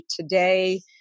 Today